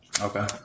okay